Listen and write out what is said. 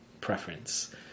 preference